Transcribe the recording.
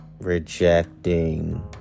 rejecting